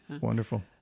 Wonderful